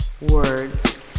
Words